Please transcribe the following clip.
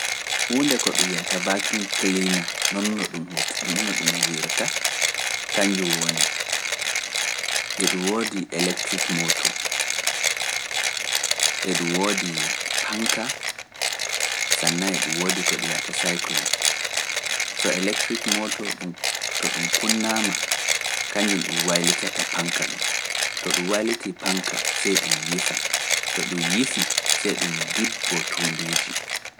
Huunde ko ɗum wiyata vacuum kilina, noon no ɗum huwirta, kañjum woni eɗum woodi electric motor, eɗum woodi panka, kañjum waylitata paŋka ɗum, to ɗum waylitii paŋka, sey ɗum yifa, to ɗum yifi, sey ɗum dibboo tuundiiji.